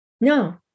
No